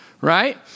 right